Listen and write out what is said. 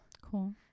Cool